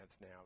now